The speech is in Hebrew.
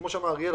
כמו שאמר אריאל,